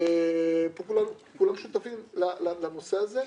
ופה כולם שותפים לנושא הזה.